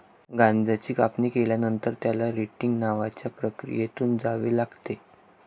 गांजाची कापणी केल्यानंतर, त्याला रेटिंग नावाच्या प्रक्रियेतून जावे लागते